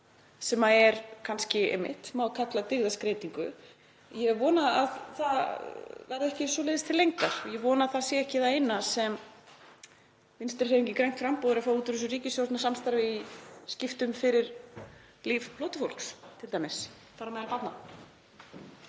sem má kannski einmitt kalla dyggðaskreytingu. Ég vona að það verði ekki svoleiðis til lengdar. Ég vona að það sé ekki það eina sem Vinstrihreyfingin – grænt framboð er að fá út úr þessu ríkisstjórnarsamstarfi í skiptum fyrir líf flóttafólks t.d., þar á meðal barna.